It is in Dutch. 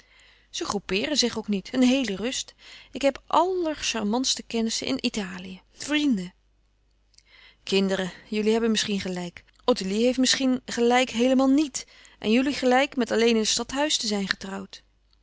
ze groepeeren zich ook niet een heele rust ik heb allerchar mantste kennissen in italië vrienden kinderen jullie hebben misschien gelijk ottilie heeft misschien gelijk heelemaal nièt en jullie gelijk met alleen in het stadhuis te zijn getrouwd